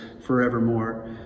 forevermore